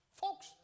Folks